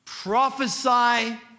prophesy